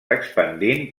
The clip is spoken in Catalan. expandint